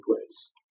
place